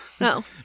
No